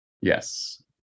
Yes